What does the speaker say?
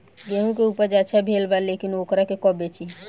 गेहूं के उपज अच्छा भेल बा लेकिन वोकरा के कब बेची?